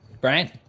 Brian